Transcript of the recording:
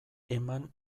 eman